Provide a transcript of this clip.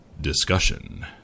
Discussion